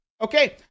Okay